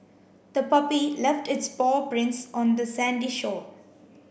the puppy left its paw prints on the sandy shore